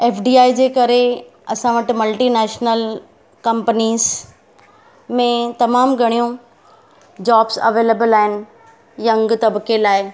F D I जे करे असां वटि मल्टीनेशनल कम्पनिस में तमामु घणियूं जॉब्स अवेलिबल आहिनि यंग तबिके लाइ